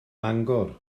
mangor